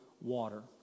water